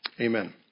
amen